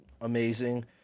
amazing